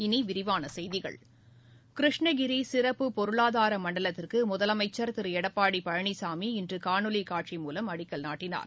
இனி விரிவான செய்திகள் கிருஷ்ணகிரி சிறப்பு பொருளாதார மண்டலத்திற்கு முதலமைச்சர் திரு எடப்பாடி பழனிசாமி இன்று காணொலி காட்சி மூலம் அடிக்கல் நாட்டினார்